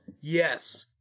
Yes